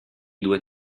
due